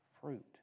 fruit